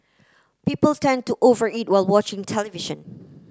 people tend to over eat while watching television